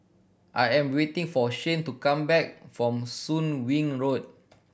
I am waiting for Shane to come back from Soon Wing Road